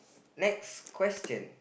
next question